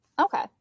Okay